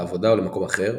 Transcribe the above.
לעבודה או למקום אחר,